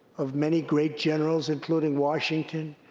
of many great generals, including washington,